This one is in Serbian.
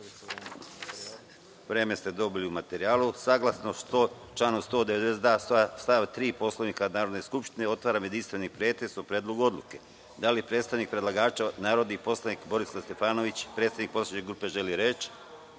ste dobili u materijalu. Saglasno članu 192. stav 3. Poslovnika Narodne skupštine, otvaram jedinstveni pretres o Predlogu odluke. Da li predstavnik predlagača, narodni poslanik Borislav Stefanović, predsednik poslaničke grupe, želi reč?